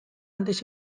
antes